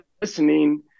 listening